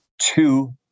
two